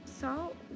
salt